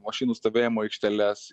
mašinų stovėjimo aikšteles